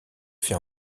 fait